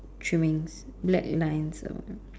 trimming black line so